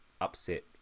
upset